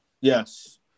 Yes